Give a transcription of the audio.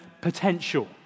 potential